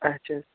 اَچھا